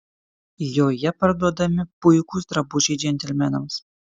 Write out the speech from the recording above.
joje parduodami puikūs drabužiai džentelmenams